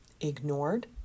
ignored